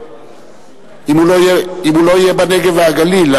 אם הוא לא יהיה בנגב והגליל,